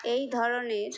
এই ধরনের